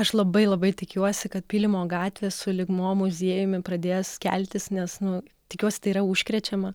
aš labai labai tikiuosi kad pylimo gatvė sulyg mo muziejumi pradės keltis nes nu tikiuosi tai yra užkrečiama